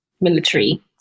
military